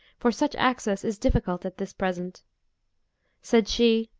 for such access is difficult at this present said she,